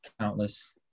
countless